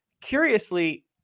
curiously